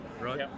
right